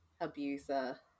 abuser